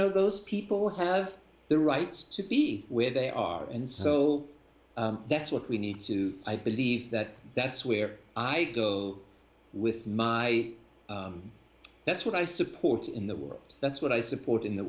know those people have their rights to be where they are and so that's what we need to i believe that that's where i go with my that's what i support in the world that's what i support in the